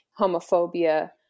homophobia